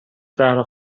زهرا